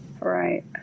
Right